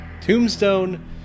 Tombstone